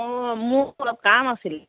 অঁ মোক অলপ কাম আছিল